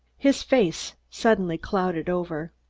his face suddenly clouded over.